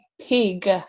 pig